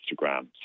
Instagram